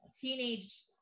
Teenage